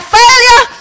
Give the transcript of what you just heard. failure